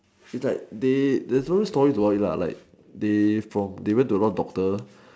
it's like they there's also stories about it lah like they from went to a lot of doctor